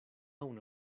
una